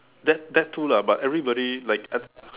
that that too lah but everybody like I d~